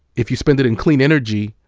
if you spend it in clean energy,